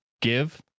give